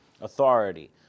authority